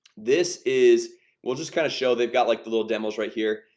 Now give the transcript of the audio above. this is we'll just kind of show. they've got like the little demos right here.